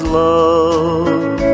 love